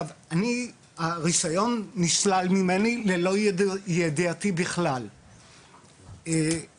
הרישיון נשלל ממני ללא ידיעתי בכלל והסיבה,